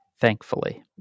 Thankfully